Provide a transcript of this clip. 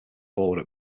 forward